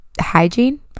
hygiene